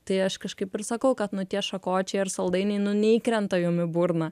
tai aš kažkaip ir sakau kad nu tie šakočiai ar saldainiai nu neįkrenta jum į burną